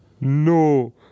No